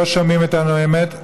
לא שומעים את הנואמת.